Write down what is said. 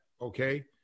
Okay